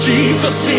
Jesus